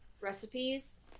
recipes